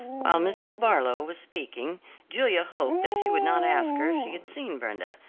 while mrs. barlow was speaking julia hoped that she would not ask her if she had seen brenda,